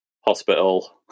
hospital